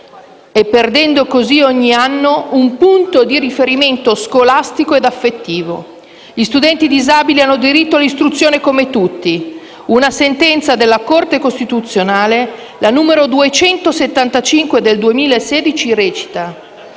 perdendo così ogni anno un punto di riferimento scolastico e affettivo. Gli studenti disabili hanno diritto all'istruzione come tutti. Una sentenza della Corte costituzionale (la n. 275 del 2016) recita: